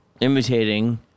imitating